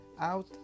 out